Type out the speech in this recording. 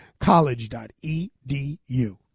college.edu